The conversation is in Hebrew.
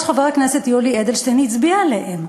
חבר הכנסת יולי אדלשטיין הצביע עליהן.